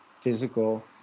physical